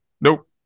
Nope